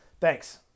Thanks